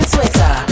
Twitter